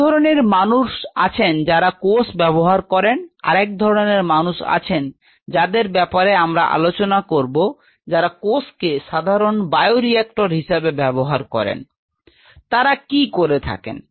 এক ধরনের মানুষ আছেন যারা কোষ ব্যাবহার করেন আর একধরনের মানুষ আছেন যাদের ব্যাপারে আমরা আলোচনা করব যারা কোষকে সাধারণ বায়োরিয়াকটর হিসেবে ব্যাবহার করেন তারা কি করে থাকেন